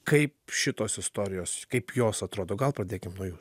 kaip šitos istorijos kaip jos atrodo gal padėkim nuo jūsų